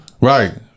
Right